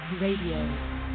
Radio